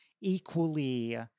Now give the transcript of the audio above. equally